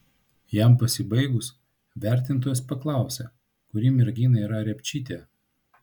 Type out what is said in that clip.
jam pasibaigus vertintojas paklausė kuri mergina yra repčytė